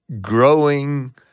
growing